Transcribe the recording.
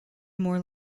more